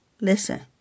Listen